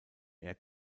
air